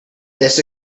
this